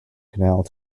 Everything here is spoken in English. canal